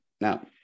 Now